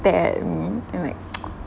stare at me and like